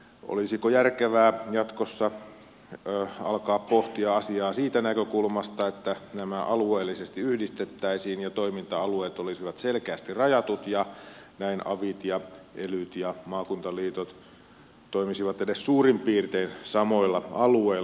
olisiko järkevää jatkossa alkaa pohtia asiaa siitä näkökulmasta että nämä alueellisesti yhdistettäisiin ja toiminta alueet olisivat selkeästi rajatut ja näin avit ja elyt ja maakuntaliitot toimisivat edes suurin piirtein samoilla alueilla